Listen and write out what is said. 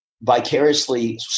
Vicariously